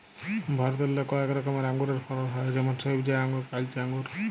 ভারতেল্লে কয়েক রকমের আঙুরের ফলল হ্যয় যেমল সইবজা আঙ্গুর, কাইলচা আঙ্গুর